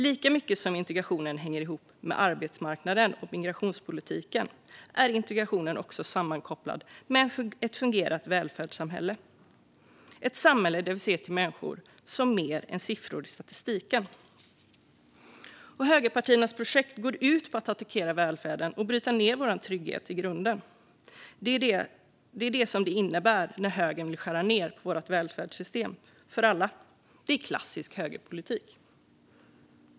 Lika mycket som integrationen hänger ihop med arbetsmarknaden och migrationspolitiken är integrationen också sammankopplad med ett fungerande välfärdssamhälle - ett samhälle där vi ser till människor som mer än siffror i statistiken. Högerpartiernas projekt går ut på att attackera välfärden och bryta ned vår trygghet i grunden. Det är detta det innebär när högern vill skära ned på vårt välfärdssystem för alla. Det är klassisk högerpolitik.